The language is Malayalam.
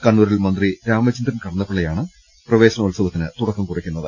കണ്ണൂരിൽ മന്ത്രി രാമചന്ദ്രൻ കടന്നപ്പള്ളിയാണ് പ്രവേശനോത്സവ ത്തിന് തുടക്കം കുറിക്കുന്നത്